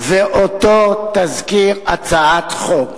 ואותו תזכיר הצעת חוק